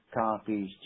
copies